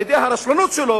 על-ידי הרשלנות שלו